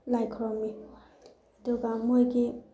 ꯂꯥꯏ ꯈꯨꯔꯨꯝꯃꯤ ꯑꯗꯨꯒ ꯃꯣꯏꯒꯤ